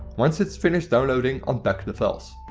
once it's finished downloading unpack the files.